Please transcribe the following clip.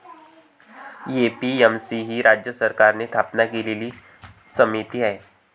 APMC ही राज्य सरकारने स्थापन केलेली समिती आहे